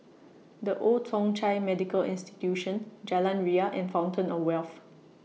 The Old Thong Chai Medical Institution Jalan Ria and Fountain of Wealth